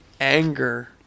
anger